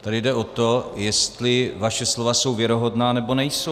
Tady jde o to, jestli vaše slova jsou věrohodná, nebo nejsou.